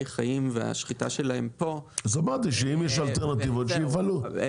חיים והשחיטה -- אז אמרתי שאם יש להם אלטרנטיבות שיפעלו,